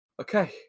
okay